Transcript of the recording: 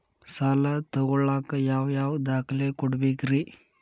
ಸಾಲ ತೊಗೋಳಾಕ್ ಯಾವ ಯಾವ ದಾಖಲೆ ಕೊಡಬೇಕ್ರಿ?